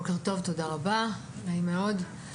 בוקר טוב, תודה רבה, נעים מאוד.